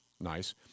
nice